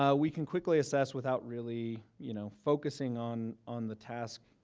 ah we can quickly assess without really, you know, focusing on on the task.